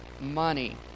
money